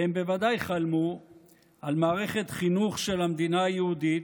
והם בוודאי חלמו על מערכת חינוך של המדינה היהודית,